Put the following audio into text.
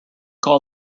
call